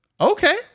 Okay